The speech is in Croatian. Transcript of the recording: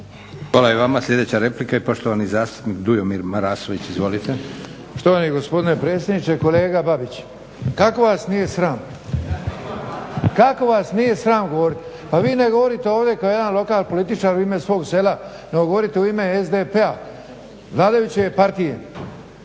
Hvala i vama. Sljedeća replika i poštovani zastupnik Dujomir Marasović. Izvolite. **Marasović, Dujomir (HDZ)** Štovani gospodine predsjedniče, kolega Babić kako vas nije sram? Kako vas nije sram govoriti? Pa vi ne govorite ovdje kao jedan lokalpolitičar u ime svog sela nego govorite u ime SDP-a, vladajuće partije.